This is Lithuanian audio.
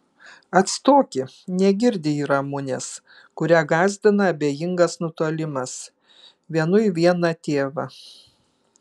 atstoki negirdi ji ramunės kurią gąsdina abejingas nutolimas vienui vieną tėvą